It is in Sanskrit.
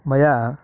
मया